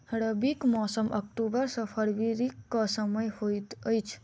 रबीक मौसम अक्टूबर सँ फरबरी क समय होइत अछि